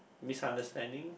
misunderstanding